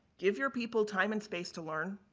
give your people time and space to learn.